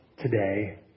today